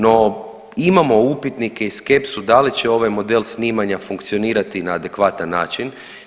No imamo upitnike i skepsu da li će ovaj model snimanja funkcionirati na adekvatan način.